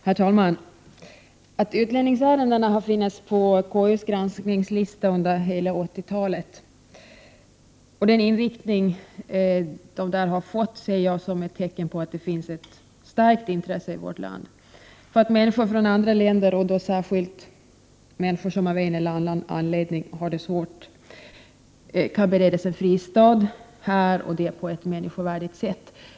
Herr talman! Att utlänningsärenden har funnits på konstitutionsutskottets granskningslista under hela 80-talet ser jag, liksom den inriktning de där har fått, som ett tecken på att det finns ett starkt intresse i vårt land för att människor från andra länder — och då särskilt människor som av en eller annan anledning har det svårt — kan beredas en fristad här och det på ett människovärdigt sätt.